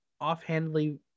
offhandedly